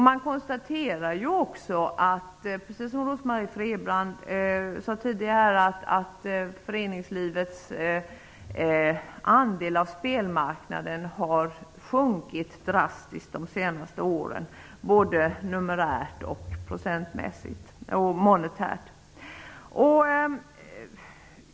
Man konstaterar också -- precis som Rose-Marie Frebran sade tidigare -- att föreningslivets andel av spelmarknaden har sjunkit drastiskt de senaste åren, både monetärt och procentuellt.